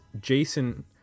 Jason